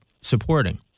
supporting